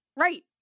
right